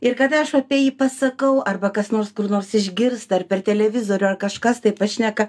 ir kada aš apie jį pasakau arba kas nors kur nors išgirsta ar per televizorių ar kažkas tai pašneka